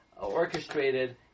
orchestrated